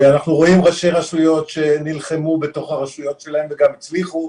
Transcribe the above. אנחנו רואים ראשי רשויות שנלחמו ברשויות שלהם וגם הצליחו,